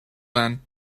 then